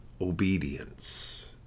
obedience